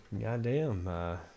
Goddamn